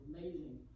Amazing